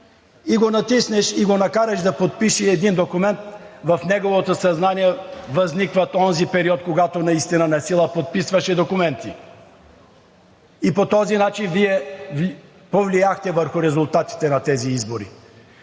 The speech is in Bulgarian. и го натиснеш и накараш да подпише един документ, в неговото съзнание възниква онзи период, когато наистина насила подписваше документи. По този начин Вие повлияхте върху резултатите на тези избори.